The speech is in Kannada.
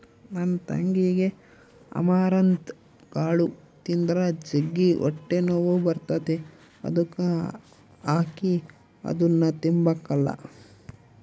ನನ್ ತಂಗಿಗೆ ಅಮರಂತ್ ಕಾಳು ತಿಂದ್ರ ಜಗ್ಗಿ ಹೊಟ್ಟೆನೋವು ಬರ್ತತೆ ಅದುಕ ಆಕಿ ಅದುನ್ನ ತಿಂಬಕಲ್ಲ